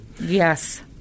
yes